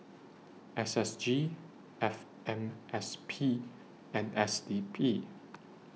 S S G F M S P and S D P